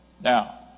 Now